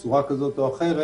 בצורה כזו או אחרת,